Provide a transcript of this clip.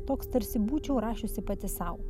toks tarsi būčiau rašiusi pati sau